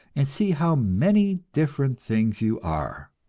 and see how many different things you are!